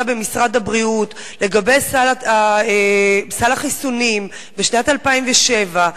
במשרד הבריאות לגבי סל החיסונים בשנת 2007,